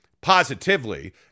positively